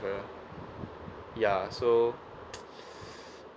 ya so